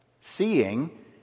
seeing